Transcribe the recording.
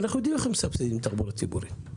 אנחנו יודעים איך מסבסדים תחבורה ציבורית,